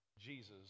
Jesus